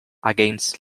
against